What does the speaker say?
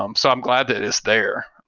um so i'm glad that it's there.